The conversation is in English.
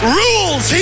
rules